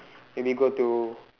maybe go to